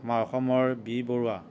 আমাৰ অসমৰ বি বৰুৱা